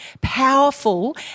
powerful